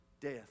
death